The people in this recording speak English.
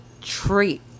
treat